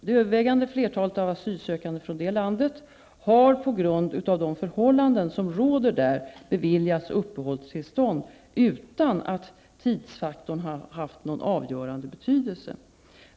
Det övervägande flertalet av asylsökande från det landet har på grund av de förhållanden som råder där beviljats uppehållstillstånd utan att tidsfaktorn haft någon avgörande betydelse.